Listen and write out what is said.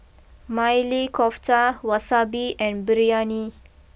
Maili Kofta Wasabi and Biryani